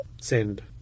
Send